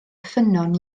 ffynnon